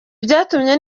byatumye